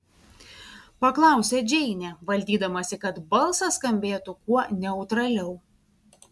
paklausė džeinė valdydamasi kad balsas skambėtų kuo neutraliau